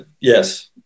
yes